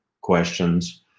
questions